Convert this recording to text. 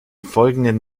folgenden